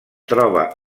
troba